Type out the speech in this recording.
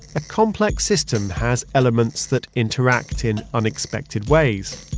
a complex system has elements that interact in unexpected ways.